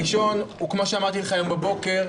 הראשון, כמו שאמרתי לך הבוקר,